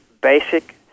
basic